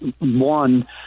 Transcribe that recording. one